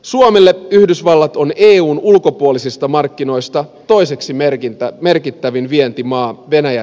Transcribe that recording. suomelle yhdysvallat on eun ulkopuolisista markkinoista toiseksi merkittävin vientimaa venäjän jälkeen